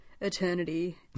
eternity